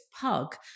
pug